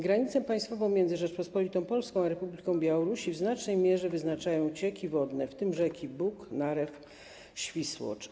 Granicę państwową między Rzecząpospolitą Polską a Republiką Białorusi w znacznej mierze wyznaczają cieki wodne, w tym rzeki: Bug, Narew, Świsłocz.